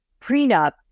prenup